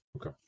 Okay